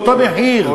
באותו מחיר,